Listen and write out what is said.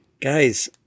Guys